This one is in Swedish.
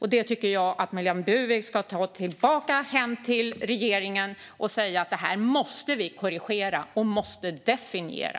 Jag tycker att Marlene Burwick ska ta tillbaka detta hem till regeringen och säga: Det här måste vi korrigera och definiera.